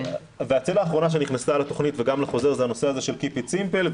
הצלע האחרונה שנכנסה לתוכנית וגם לחוזר זה הנושא של keep it simple.